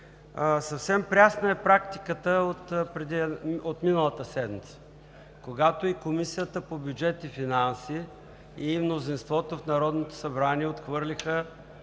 Съвсем прясна е практиката от миналата седмица, когато и Комисията по бюджет и финанси, и мнозинството в Народното събрание отхвърлиха